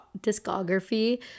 discography